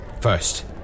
First